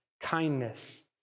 kindness